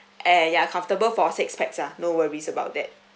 and yeah comfortable for six pax lah no worries about that